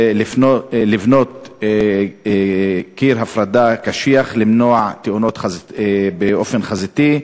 לבנות קיר הפרדה קשיח כדי למנוע תאונות באופן חזיתי,